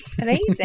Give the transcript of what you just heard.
Amazing